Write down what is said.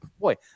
Boy